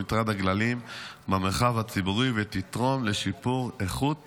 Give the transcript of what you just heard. במטרד הגללים במרחב הציבורי ותתרום לשיפור איכות